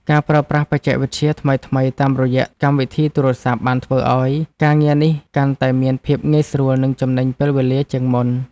ការប្រើប្រាស់បច្ចេកវិទ្យាថ្មីៗតាមរយៈកម្មវិធីទូរសព្ទបានធ្វើឱ្យការងារនេះកាន់តែមានភាពងាយស្រួលនិងចំណេញពេលវេលាជាងមុន។